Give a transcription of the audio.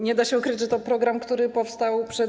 Nie da się ukryć, że to program, który powstał przed